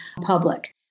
public